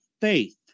faith